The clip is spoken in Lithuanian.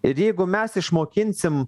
ir jeigu mes išmokinsim